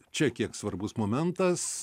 čia kiek svarbus momentas